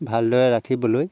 ভালদৰে ৰাখিবলৈ